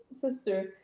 sister